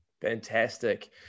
Fantastic